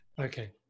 Okay